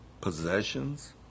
Possessions